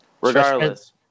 Regardless